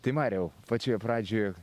tai mariau pačioj pradžioj